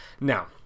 Now